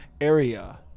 area